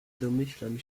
domyślam